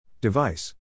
Device